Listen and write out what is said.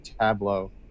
Tableau